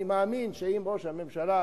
אני מאמין שאם ראש הממשלה,